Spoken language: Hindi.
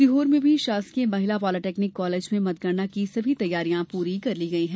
सीहोर में भी शासकीय महिला पॉलिटेक्निक कॉलेज में मतगणना की सभी तैयारियां पूरी कर ली गई हैं